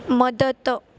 मदत